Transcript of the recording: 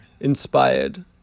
Inspired